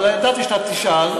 אבל ידעתי שאתה תשאל,